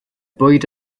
bwyd